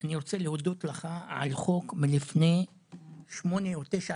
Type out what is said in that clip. אני רוצה להודות לך על חוק מלפני שמונה או תשע